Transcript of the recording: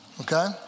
Okay